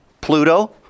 Pluto